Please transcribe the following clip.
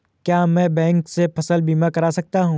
क्या मैं बैंक से फसल बीमा करा सकता हूँ?